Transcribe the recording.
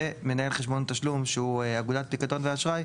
ומנהל חשבון תשלום שהוא אגודת פיקדון ואשראי,